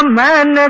um man